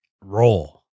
roll